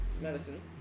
medicine